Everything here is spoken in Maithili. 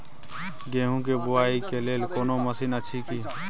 गेहूँ के बुआई के लेल कोनो मसीन अछि की?